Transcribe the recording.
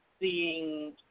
seeing